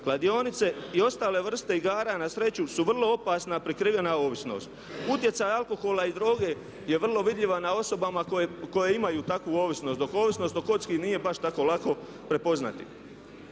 Kladionice i ostale vrste igara na sreću su vrlo opasna prekrivena ovisnost. Utjecaj alkohola i droge je vrlo vidljiva na osobama koje imaju takvu ovisnost dok ovisnost o kocki nije baš tako lako prepoznati.